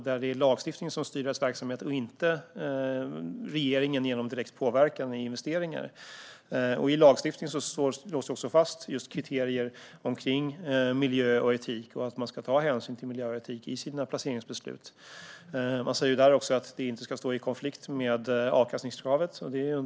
Det är lagstiftningen som styr deras verksamhet och inte regeringen genom direkt påverkan i investeringar.I lagstiftningen slås också fast kriterier för miljö och etik och att man ska ta hänsyn till miljö och etik i sina placeringsbeslut. Det står också att det inte ska stå i konflikt med avkastningskravet.